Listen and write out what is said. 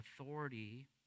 authority